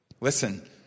Listen